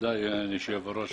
תודה ליושב ראש